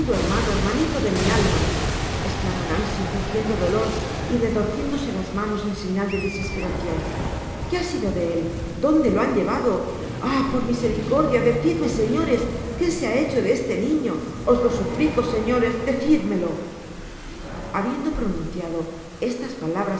hermano hermanito de mi alma esclamó nancy fingiendo dolor y retorciéndose las manos en señal de desesperacion qué ha sido de él donde la han llevado ah por miseria dia decidme señores que se iva hecho este niño os lo suplico señores decidmelo j habiendo pronunciado estas palabras